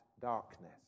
darkness